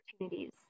opportunities